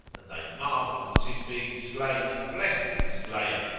and they marvelled at his being slain and blessed his slayer.